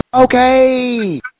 Okay